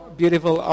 beautiful